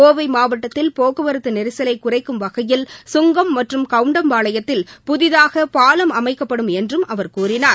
கோவை மாவட்டத்தில் போக்குவரத்து நெரிசலை குறைக்கும் வகையில் சுங்கம் மற்றும் கவுண்டம்பாளையத்தில் புதிதாக பாலம் அமைக்கப்படும் என்றும் அவர் கூறினார்